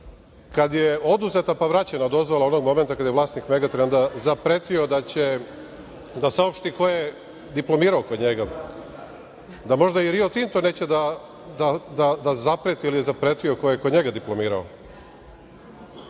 kad je oduzeta pa vraćena dozvola onog momenta kada je vlasnik "Megatrenda" zapretio da će da saopšti ko je diplomirao kod njega. Da možda i "Rio Tinto" neće da zapreti ili je zapretio ko je kod njega diplomirao? Bilo